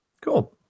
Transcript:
cool